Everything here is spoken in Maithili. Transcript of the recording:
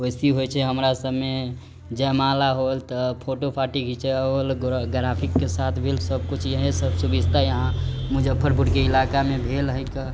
वैसेही होइ छै हमरासबमे जयमाला होल त फोटो फाटी घिचाओल ग्राफिक के साथ भेल सबकुछ यहीसब सुभिस्ता यहाँ मुजफ्फरपुर के ईलाका मे भेल है क